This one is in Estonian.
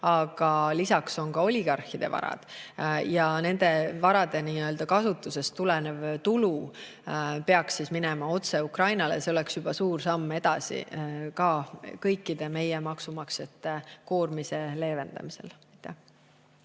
aga lisaks on oligarhide varad –, siis nende varade kasutusest tulenev tulu peaks minema otse Ukrainale. See oleks juba suur samm edasi ka kõikide meie maksumaksjate koorma leevendamisel.